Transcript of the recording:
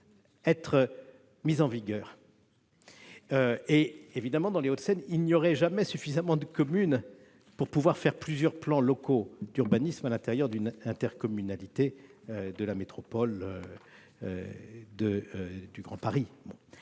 être mise en vigueur. Évidemment, dans les Hauts-de-Seine, il n'y aura jamais suffisamment de communes pour faire plusieurs plans locaux d'urbanisme à l'intérieur d'une intercommunalité de la métropole du Grand Paris.